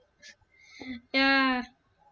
ya